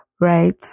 right